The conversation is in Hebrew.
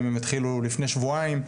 האם הם התחילו לפני שבועיים,